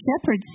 shepherds